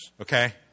okay